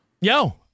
Yo